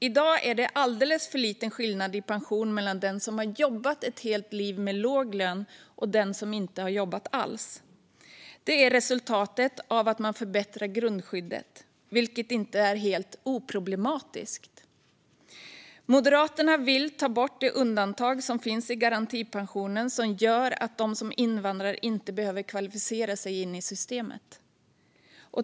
I dag är det alldeles för liten skillnad i pension mellan den som har jobbat ett helt liv med låg lön och den som inte har jobbat alls. Det är resultatet av att man förbättrar grundskyddet, vilket inte är helt oproblematiskt. Moderaterna vill ta bort det undantag som finns i garantipensionen och som gör att de som invandrar inte behöver kvalificera sig in i systemet.